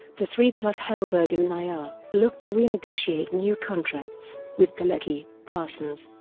the three plus helberg and nayyar, looked to renegotiate new contracts, with galecki, parsons,